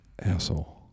Asshole